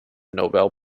nobel